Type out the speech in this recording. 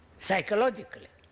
psychologically